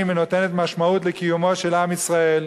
ונותנות משמעות לקיומו של עם ישראל,